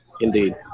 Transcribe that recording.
indeed